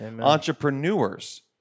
Entrepreneurs